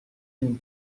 him